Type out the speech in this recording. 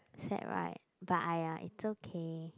that right !aiya! it's okay